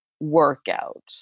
workout